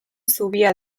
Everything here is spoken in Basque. zubia